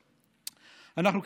אנחנו,